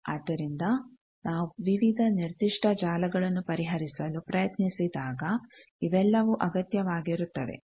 ಆದ್ದರಿಂದ ನಾವು ವಿವಿಧ ನಿರ್ದಿಷ್ಟ ಜಾಲಗಳನ್ನು ಪರಿಹರಿಸಲು ಪ್ರಯತ್ನಿಸಿದಾಗ ಇವೆಲ್ಲವೂ ಅಗತ್ಯವಾಗಿರುತ್ತವೆ